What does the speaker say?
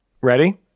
Ready